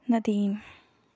Nadeem